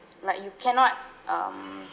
like you cannot um